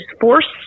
force